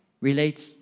relates